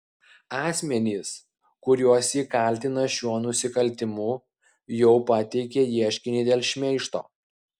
asmenys kuriuos ji kaltina šiuo nusikaltimu jau pateikė ieškinį dėl šmeižto